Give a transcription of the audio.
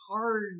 hard